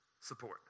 support